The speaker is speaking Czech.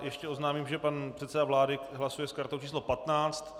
Ještě oznámím, že pan předseda vlády hlasuje s kartou číslo 15.